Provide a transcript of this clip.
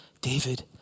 David